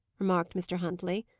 remarked mr. huntley.